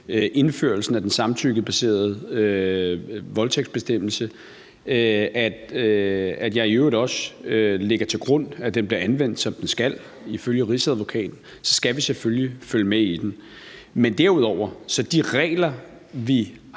indførelsen af den samtykkebaserede voldtægtsbestemmelse, lægger jeg i øvrigt også til grund, at den bliver anvendt, som den skal, ifølge Rigsadvokaten. Vi skal selvfølgelig følge med i den. Men derudover er de regler, vi har,